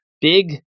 big